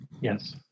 Yes